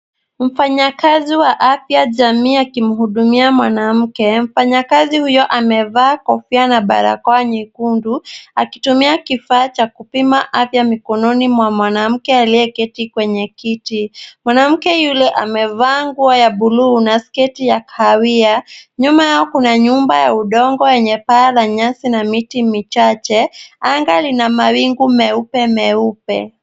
Mfanyakazi wa afyajamii akimhudumia mwanamke. Mfanyakazi huyo amevaa kofia na barakoa nyekundu, akitumia kifaa cha kupima afya mkononi mwa mwanamke aliyeketi kwenye kiti. Mwanamke yule amevaa nguo ya buluu na sketi ya kahawia. Nyuma yao kuna nyumba ya udongo yenye paa la nyasi na miti michache. Anga lina mawingu meupe meupe.